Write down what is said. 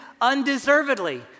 undeservedly